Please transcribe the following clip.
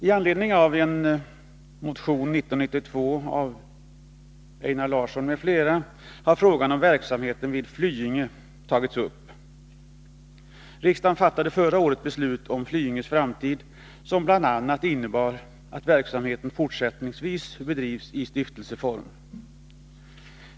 I anledning av motion 1992 av Einar Larsson m.fl. har frågan om verksamheten vid Flyinge tagits upp. Riksdagen fattade förra året ett beslut om Flyinges framtid som bl.a. innebar att verksamheten fortsättningsvis skall bedrivas i stiftelseform.